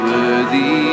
Worthy